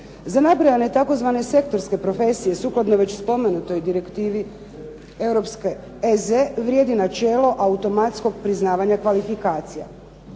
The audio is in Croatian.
Za nabrojane tzv. sektorske profesije sukladno već spomenutoj direktivi europske EZ vrijedi načelo automatskog priznavanja kvalifikacija.